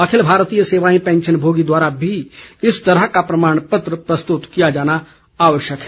अखिल भारतीय सेवाएं पैंशनभोगी द्वारा भी इस तरह का प्रमाणपत्र प्रस्तुत किया जाना आवश्यक है